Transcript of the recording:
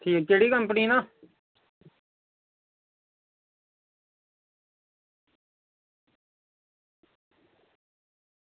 केह्ड़ी कंपनी दा